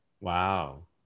Wow